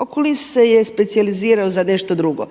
Okulist je se specijalizirao za nešto drugo.